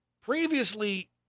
previously